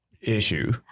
issue